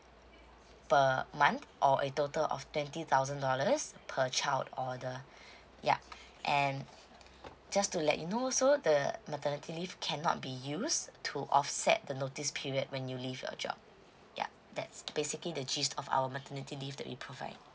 per month or a total of twenty thousand dollars per child order yeah and just to let you know so the maternity leave cannot be used to offset the notice period when you leave your job yeah that's basically the gist of our maternity leave that we provide